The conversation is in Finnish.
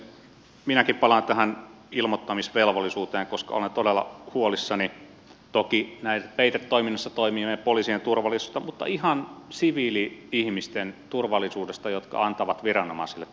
minäkin palaan tähän ilmoittamisvelvollisuuteen koska olen todella huolissani toki peitetoiminnassa toimivien poliisien turvallisuudesta mutta ihan niiden siviili ihmisten turvallisuudesta jotka antavat viranomaisille tietoa